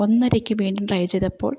ഒന്നരക്ക് വീണ്ടും ട്രൈ ചെയ്തപ്പോൾ